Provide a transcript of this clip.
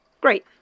Great